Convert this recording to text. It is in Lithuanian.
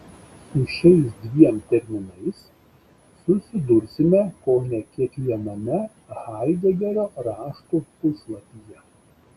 su šiais dviem terminais susidursime kone kiekviename haidegerio raštų puslapyje